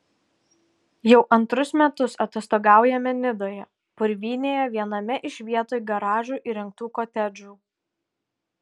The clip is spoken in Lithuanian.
jau antrus metus atostogaujame nidoje purvynėje viename iš vietoj garažų įrengtų kotedžų